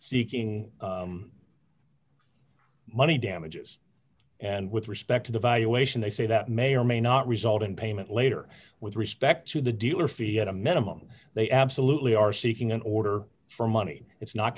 seeking money damages and with respect to the valuation they say that may or may not result in payment later with respect to the dealer fee at a minimum they absolutely are seeking an order for money it's not